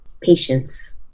Patience